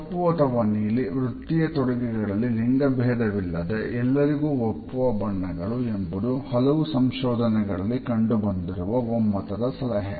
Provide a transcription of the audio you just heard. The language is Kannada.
ಕಪ್ಪು ಅಥವಾ ನೀಲಿ ವೃತ್ತೀಯ ತೊಡುಗೆಗಳಲ್ಲಿ ಲಿಂಗಭೇದವಿಲ್ಲದೆ ಎಲ್ಲರಿಗೂ ಒಪ್ಪುವ ಬಣ್ಣಗಳು ಎಂಬುದು ಹಲವು ಸಂಶೋಧನೆಗಳಲ್ಲಿ ಕಂಡುಬಂದಿರುವ ಒಮ್ಮತದ ಸಲಹೆ